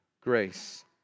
grace